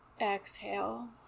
exhale